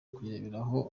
kuyibera